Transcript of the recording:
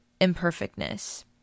imperfectness